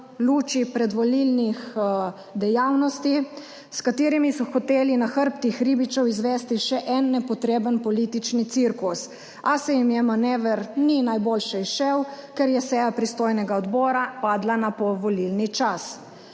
luči predvolilnih dejavnosti, s katerimi so hoteli na hrbtih ribičev izvesti še en nepotreben politični cirkus, a se jim manever ni najboljše izšel, ker je seja pristojnega odbora padla na povolilni čas.